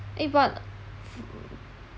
eh but